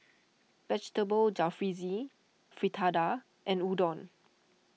Vegetable Jalfrezi Fritada and Udon